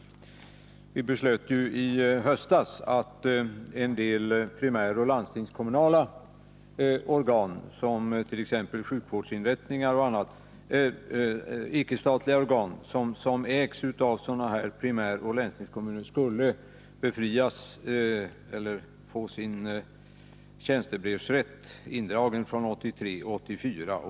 Riksdagen beslöt ju i höstas att en del primäroch landstingskommunala organ, t.ex. sjukvårdsinrättningar, och andra icke statliga organ som ägs av primäroch landstingskommuner skulle få sin tjänstebrevsrätt indragen från 1983/84.